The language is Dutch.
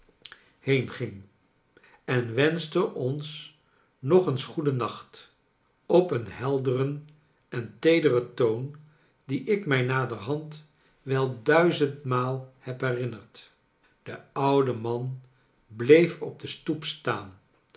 en wenschte ons nog eens goeden nacht op een helderen en teederen toon dien ik mij naderhand wel duizendmaal heb herinnerd de oude man bleef op de stoep staan